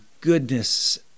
goodness